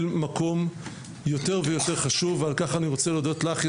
מקום יותר ויותר חשוב ועל כך אני רוצה להודות לך,